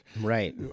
Right